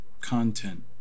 content